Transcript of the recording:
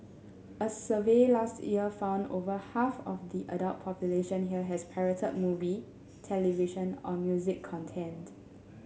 a survey last year found over half of the adult population here has pirated movie television or music content